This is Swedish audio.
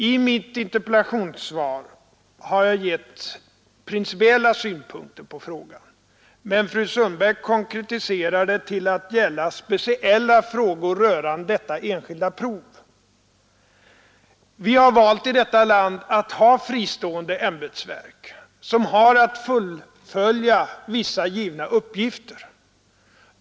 I mitt interpellationssvar har jag lagt principiella synpunkter på denna fråga, men fru Sundberg konkretiserade vad jag sagt till att gälla svar på frågor rörande detta enskilda prov. Då vill jag säga att vi har här i landet valt att ha fristående ämbetsverk som fullföljer vissa givna uppgifter.